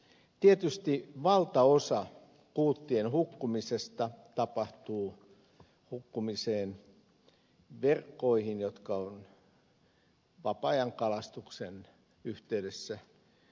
tietysti valtaosa kuuttien hukkumisesta tapahtuu hukkumiseen verkkoihin jotka ovat vapaa ajankalastuksen yhteydessä käytössä